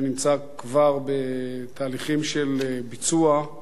שנמצא כבר בתהליכי ביצוע,